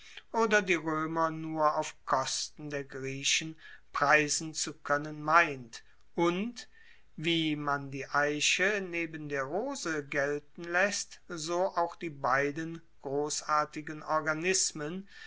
oder die roemer nur auf kosten der griechen preisen zu koennen meint und wie man die eiche neben der rose gelten laesst so auch die beiden grossartigen organismen